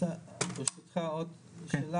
ברשותך, אפשר עוד שאלה.